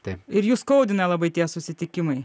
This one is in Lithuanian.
taip ir jus skaudina labai tie susitikimai